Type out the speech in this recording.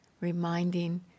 reminding